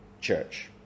church